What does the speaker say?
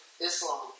Islam